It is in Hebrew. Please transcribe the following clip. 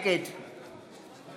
נגד קרן ברק, אינה נוכחת